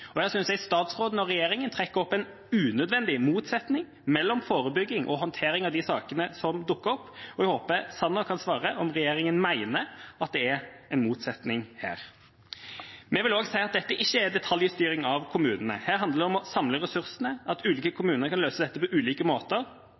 Jeg synes statsråden og regjeringa trekker opp en unødvendig motsetning mellom forebygging og håndtering av de sakene som dukker opp, og jeg håper at Sanner kan svare på om regjeringa mener at det er en motsetning her. Vi vil også si at dette ikke er detaljstyring av kommunene. Det handler om å samle ressursene. Ulike kommuner kan løse dette på ulike